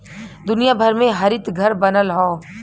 दुनिया भर में हरितघर बनल हौ